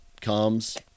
comes